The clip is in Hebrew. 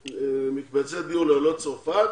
מקימים מקבצי דיור לעולי צרפת,